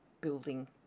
building